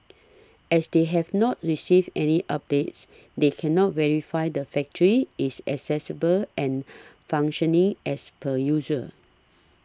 as they have not received any updates they cannot verify the factory is accessible and functioning as per usual